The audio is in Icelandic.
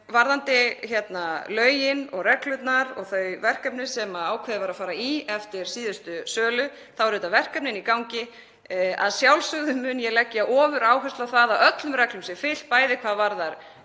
Varðandi lögin og reglurnar og þau verkefni sem ákveðið var að fara í eftir síðustu sölu þá eru verkefnin auðvitað í gangi. Að sjálfsögðu mun ég leggja ofuráherslu á það að öllum reglum sé fylgt, bæði hvað varðar